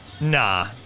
Nah